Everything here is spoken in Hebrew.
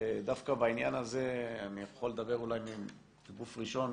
דווקא בעניין הזה אני יכול לדבר אולי בגוף ראשון,